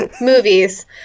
movies